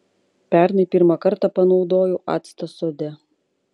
pernai pirmą kartą panaudojau actą sode